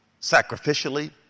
Sacrificially